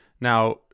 Now